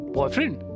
Boyfriend